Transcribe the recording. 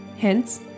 Hence